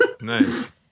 Nice